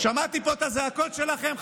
שמעתי פה את הזעקות שלכם,